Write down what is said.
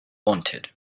wanted